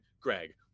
Greg